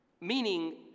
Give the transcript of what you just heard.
meaning